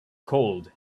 cold